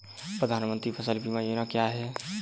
प्रधानमंत्री फसल बीमा योजना क्या है?